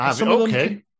Okay